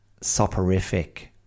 soporific